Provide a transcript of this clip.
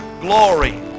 glory